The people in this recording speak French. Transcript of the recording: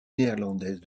néerlandaise